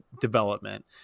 development